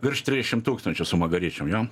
virš triešim tūkstančių su magaryčiom jo